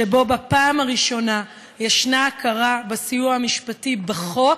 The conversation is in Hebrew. שבו בפעם הראשונה ישנה הכרה בסיוע המשפטי בחוק,